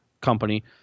company